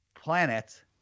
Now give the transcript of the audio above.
planet